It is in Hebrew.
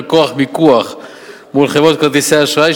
כוח מיקוח מול חברות כרטיסי האשראי,